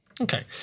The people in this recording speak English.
Okay